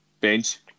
bench